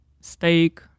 steak